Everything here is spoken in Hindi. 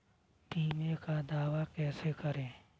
बीमे का दावा कैसे करें?